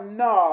no